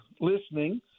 listening